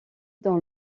dans